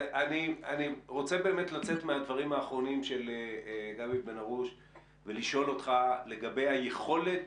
אני רוצה לצאת מהדברים האחרונים של גבי בן הרוש ולשאול אותך לגבי היכולת